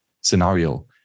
scenario